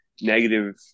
negative